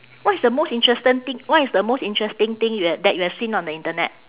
what is the most interesting thing what is the most interesting thing you ha~ that you have seen on the internet